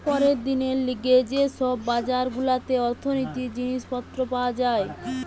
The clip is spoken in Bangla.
পরের দিনের লিগে যে সব বাজার গুলাতে অর্থনীতির জিনিস পত্র পাওয়া যায়